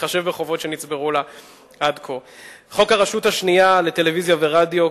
חוק הרשות השנייה לטלוויזיה ורדיו,